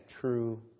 true